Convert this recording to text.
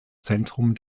zentrum